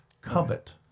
Covet